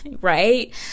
right